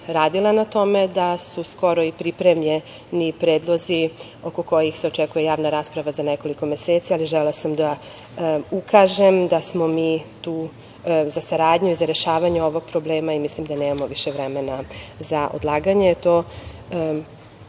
radila na tome, da su skoro i pripremljeni predlozi oko kojih se očekuje javna rasprava za nekoliko meseci, ali želela sam da ukažem da smo mi tu za saradnju i sa rešavanje ovog problema i mislim da nemamo više vremena za odlaganje.